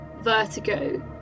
vertigo